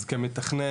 אז כמתכנן,